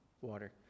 water